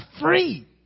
free